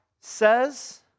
says